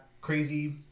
Crazy